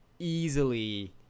Easily